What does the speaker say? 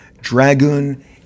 Dragoon